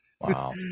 Wow